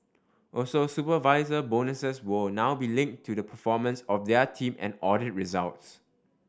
also supervisor bonuses will now be linked to the performance of their team and audit results